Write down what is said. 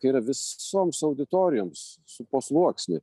kai yra visoms auditorijoms su po sluoksnį